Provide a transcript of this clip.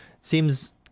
seems